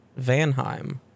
Vanheim